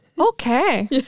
okay